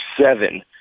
seven